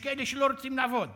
יש כאלה שלא רוצים לעבוד.